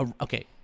Okay